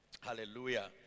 Hallelujah